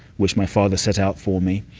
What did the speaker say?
which my father set out for me,